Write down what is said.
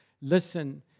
Listen